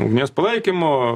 ugnies palaikymo